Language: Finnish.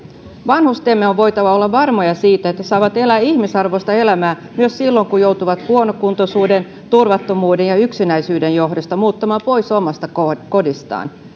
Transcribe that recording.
vanhustemme on voitava olla varmoja siitä että he saavat elää ihmisarvoista elämää myös silloin kun joutuvat huonokuntoisuuden turvattomuuden ja yksinäisyyden johdosta muuttamaan pois omasta kodistaan